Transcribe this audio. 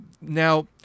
Now